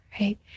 right